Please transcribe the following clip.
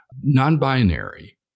Non-binary